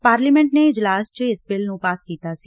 parliament ਨੇ ਇਜਲਾਸ ਚ ਇਸ ਬਿਲ ਨੂੰ ਪਾਸ ਕੀਤਾ ਸੀ